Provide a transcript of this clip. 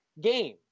game